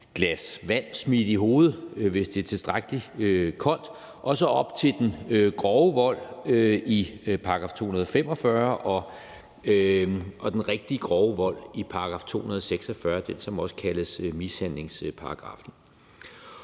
glas vand smidt i hovedet, hvis det er tilstrækkelig koldt, og så op til den grove vold i § 245 og den rigtig grove vold i § 246 – den, som også kaldes mishandlingsparagraffen.